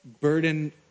burden